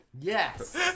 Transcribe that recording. Yes